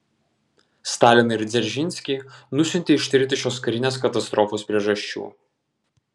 staliną ir dzeržinskį nusiuntė ištirti šios karinės katastrofos priežasčių